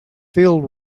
field